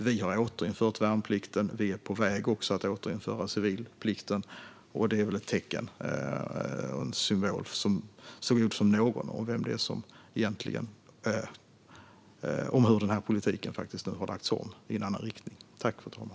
Vi har återinfört värnplikten, och vi är på väg att också återinföra civilplikten. Det är väl ett tecken så gott som något på hur den här politiken har lagts om.